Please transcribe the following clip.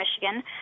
Michigan